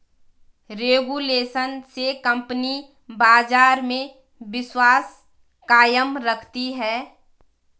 regulation से company बाजार में विश्वास कायम रखती है